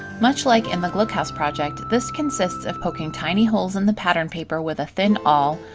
much like in the gluckhaus project, this consists of poking tiny holes in the pattern paper with a thin awl,